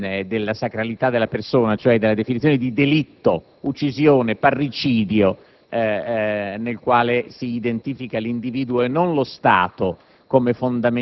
della sacralità della persona, nei concetti di delitto, uccisione e parricidio nei quali si identifica l'individuo e non lo Stato